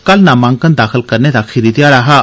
कल नामांकन दाखल करने दा खीरी ध्याड़ा हा